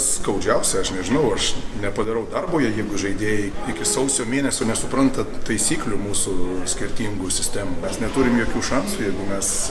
skaudžiausia aš nežinau aš nepadarau darbo jeigu žaidėjai iki sausio mėnesio nesupranta tų taisyklių mūsų skirtingų sistemų mes neturim jokių šansų jeigu mes